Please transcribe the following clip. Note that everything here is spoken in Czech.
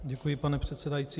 Děkuji, pane předsedající.